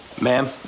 Ma'am